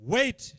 Wait